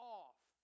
off